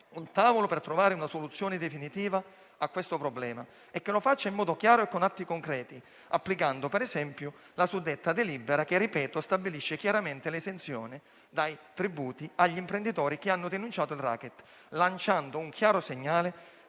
un tavolo per trovare una soluzione definitiva a questo problema e che lo faccia in modo chiaro e con atti concreti, applicando per esempio la suddetta delibera, che - ripeto - stabilisce chiaramente l'esenzione dai tributi agli imprenditori che hanno denunciato il *racket*, lanciando un chiaro segnale